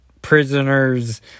prisoners